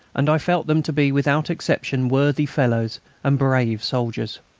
and i felt them to be, without exception, worthy fellows and brave soldiers.